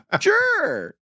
Sure